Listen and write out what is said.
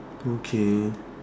okay